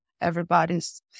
Everybody's